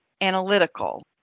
analytical